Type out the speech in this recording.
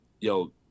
Yo